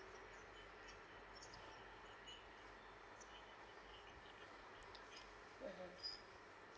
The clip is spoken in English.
mmhmm